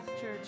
church